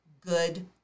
good